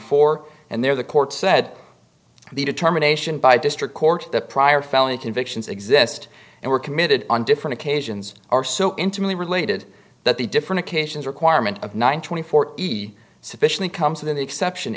four and there the court said the determination by district court that prior felony convictions exist and were committed on different occasions are so intimately related that the different occasions requirement of nine twenty four sufficiently comes with an exception